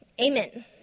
Amen